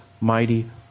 mighty